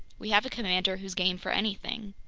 we have a commander who's game for anything!